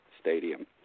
Stadium